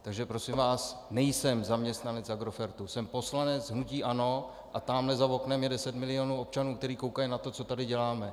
Takže prosím vás, nejsem zaměstnanec Agrofertu, jsem poslanec hnutí ANO a tamhle za oknem je deset milionů občanů, kteří koukají na to, co tady děláme.